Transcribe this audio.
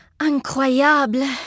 Incroyable